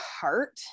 heart